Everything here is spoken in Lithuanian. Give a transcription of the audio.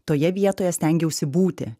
toje vietoje stengiausi būti